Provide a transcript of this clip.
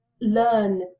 learn